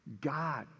God